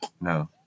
No